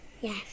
Yes